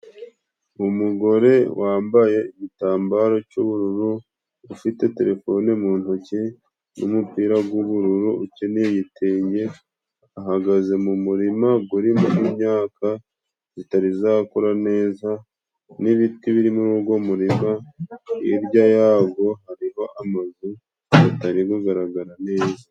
Umugore wambaye igitambaro cy'ubururu, ufite terefone mu ntoki n'umupira g'ubururu ukenyeye igitenge, ahagaze mu murima gurimo imyaka zitari zakura neza n'ibiti biri muri ugo murima, hirya yago hariho amazu gatari kugaragara neza.